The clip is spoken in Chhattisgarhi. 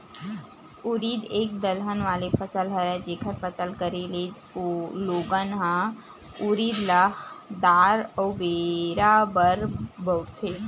उरिद एक दलहन वाले फसल हरय, जेखर फसल करे ले लोगन ह उरिद ल दार अउ बेरा बर बउरथे